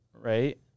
right